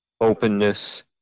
openness